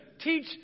teach